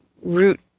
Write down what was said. root